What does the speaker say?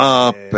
up